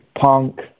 punk